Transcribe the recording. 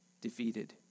defeated